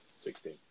Sixteen